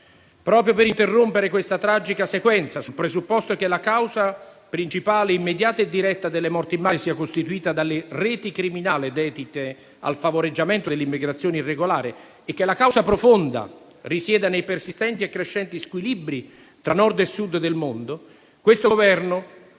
Proprio per interrompere questa tragica sequenza, sul presupposto che la causa principale immediata e diretta delle morti in mare sia costituita dalle reti criminali, dedite al favoreggiamento dell'immigrazione irregolare, e che la causa profonda risieda nei persistenti e crescenti squilibri tra Nord e Sud del mondo, questo Governo